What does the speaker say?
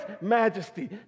majesty